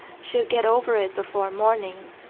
she'll get over it before morning.